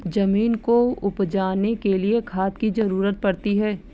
ज़मीन को उपजाने के लिए खाद की ज़रूरत पड़ती है